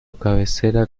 cabecera